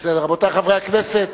רבותי חברי הכנסת,